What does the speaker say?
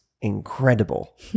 incredible